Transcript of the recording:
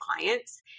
clients